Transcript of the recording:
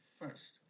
first